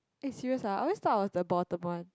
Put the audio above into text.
eh serious ah I always thought I was the bottom one